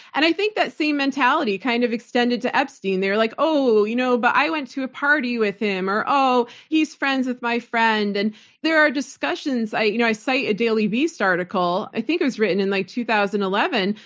and i think that same mentality kind of extended to epstein. they were like, oh, you know but i went to a party with him, or, oh, he's friends with my friend. and there are discussions. i you know i cite a daily beast article, i think it was written in like two thousand and eleven,